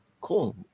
cool